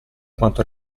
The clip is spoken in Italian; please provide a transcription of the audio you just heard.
quanto